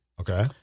Okay